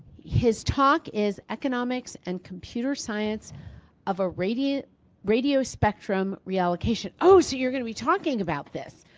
his talk is economics and computer science of a radio radio spectrum reallocation. oh, so you're going to be talking about this.